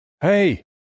Hey